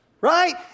Right